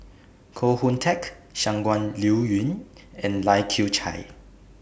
Koh Hoon Teck Shangguan Liuyun and Lai Kew Chai